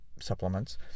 supplements